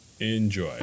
enjoy